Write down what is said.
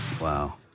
Wow